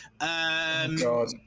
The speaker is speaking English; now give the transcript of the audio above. God